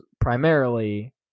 primarily